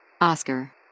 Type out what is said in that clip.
Oscar